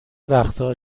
وقتها